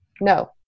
No